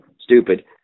stupid